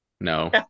no